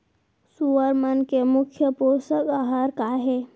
सुअर मन के मुख्य पोसक आहार का हे?